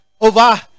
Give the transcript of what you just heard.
over